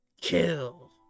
kill